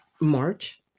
March